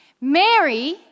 Mary